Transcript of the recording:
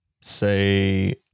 say